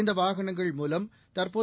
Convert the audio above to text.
இந்த வாகனங்கள் மூவம் தற்போது